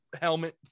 helmet